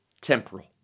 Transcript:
Temporal